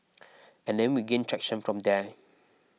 and then we gained traction from there